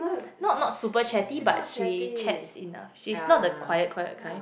not not super chatty but she chats enough she's not the quiet quiet kind